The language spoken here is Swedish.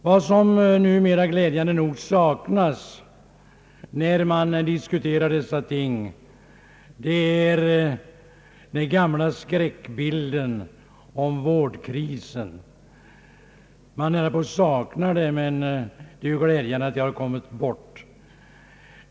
Vad som numera glädjande nog saknas i dessa diskussioner är den gamla skräckbilden om vårdkrisen. Man nära på saknar den, men det är naturligtvis glädjande att den kommit bort.